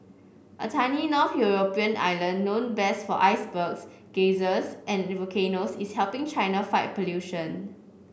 a tiny north European island known best for icebergs geysers and volcanoes is helping China fight pollution